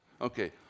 Okay